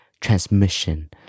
transmission